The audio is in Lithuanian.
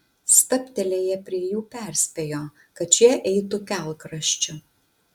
stabtelėję prie jų perspėjo kad šie eitų kelkraščiu